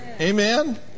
Amen